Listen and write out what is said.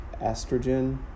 estrogen